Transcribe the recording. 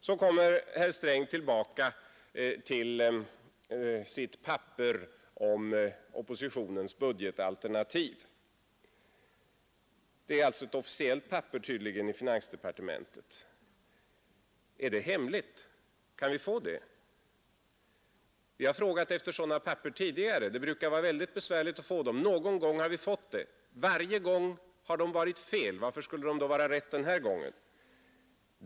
Så kommer herr Sträng tillbaka till sitt papper om oppositionens budgetalternativ. Det är alltså tydligen ett officiellt papper i finansdepartementet. Är det hemligt? Kan vi få det? Vi har frågat efter sådana papper tidigare, men det brukar vara väldigt besvärligt att få dem. Någon gång har vi fått dem. Varje gång har de varit felaktiga, och varför skulle det vara riktigt den här gången?